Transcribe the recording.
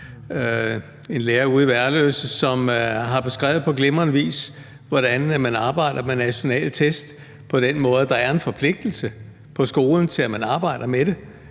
en lærer ude i Værløse, som har beskrevet på glimrende vis, hvordan man arbejder med nationale test på en måde, så der er en forpligtelse på skolen til, at man arbejder med det,